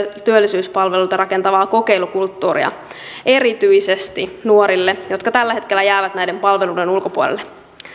työllisyyspalveluita rakentavaa kokeilukulttuuria erityisesti nuorille jotka tällä hetkellä jäävät näiden palveluiden ulkopuolelle